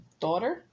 daughter